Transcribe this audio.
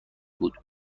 بود